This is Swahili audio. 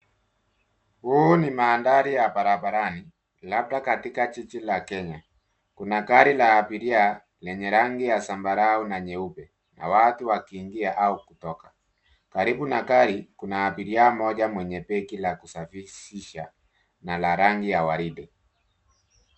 Huu ni mandhari ya barabarani labda katika jiji la Kenya. Kuna gari la abiria lenye rangi ya zambarau na nyeupe na watu wakiingia au kutoka. Karibu na gari kuna abiria mmoja mwenye begi la kusafirisha na la rangi ya waridi.